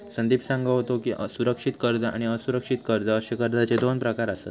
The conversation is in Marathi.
संदीप सांगा होतो की, सुरक्षित कर्ज आणि असुरक्षित कर्ज अशे कर्जाचे दोन प्रकार आसत